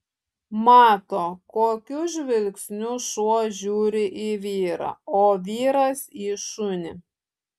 mato kokiu žvilgsniu šuo žiūri į vyrą o vyras į šunį